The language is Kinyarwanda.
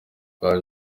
bya